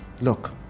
Look